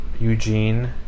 Eugene